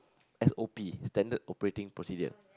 S_O_P Standard operating procedure